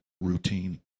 routine